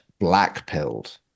blackpilled